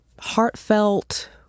heartfelt